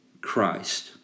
Christ